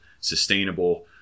sustainable